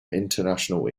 international